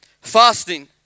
Fasting